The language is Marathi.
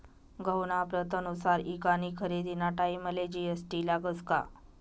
गहूना प्रतनुसार ईकानी खरेदीना टाईमले जी.एस.टी लागस का?